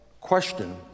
question